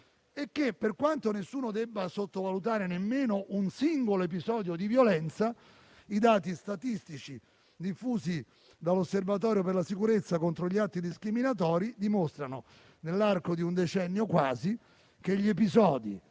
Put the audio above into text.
e che, per quanto nessuno debba sottovalutare nemmeno un singolo episodio di violenza, i dati statistici diffusi dall'Osservatorio per la sicurezza contro gli atti discriminatori dimostrano che nell'arco di quasi un decennio gli episodi